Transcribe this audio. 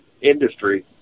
industry